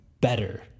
better